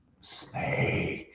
Snake